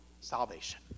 salvation